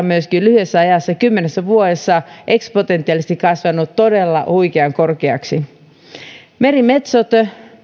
myöskin lyhyessä ajassa kymmenessä vuodessa eksponentiaalisesti kasvanut todella huikean korkeaksi merimetsot